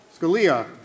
Scalia